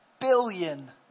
Billion